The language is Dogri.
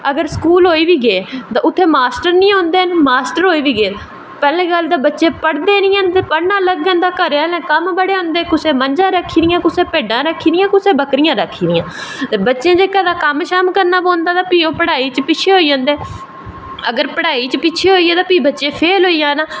अगर स्कूल होई बी गे ते उत्थें मास्टर नी होंदे न मास्टर होई बी गे पैह्ली गल्ल बच्चे पढ़दे नी हैन पढ़ना लगगन ते घरे आह्लैं कम्म बड्ड़े होंदे कुसै मंझां रक्खी दियां कुसै भिड्डां रक्खी दियां कुसै बकरियां रक्खी दियां बच्चें जेह्का कम्म शम्म करना पौंदे ते ओह् पढ़ाई च पिच्छें होई जंदे अगर पढ़ाई च पिच्छें होई गे ते बच्चें फेल होई जाना